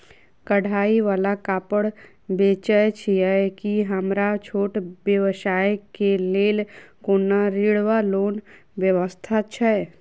कढ़ाई वला कापड़ बेचै छीयै की हमरा छोट व्यवसाय केँ लेल कोनो ऋण वा लोन व्यवस्था छै?